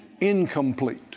Incomplete